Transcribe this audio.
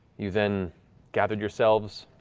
you then gathered yourselves,